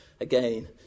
again